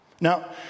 Now